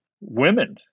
women